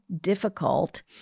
difficult